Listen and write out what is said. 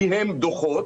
כי הן דוחות,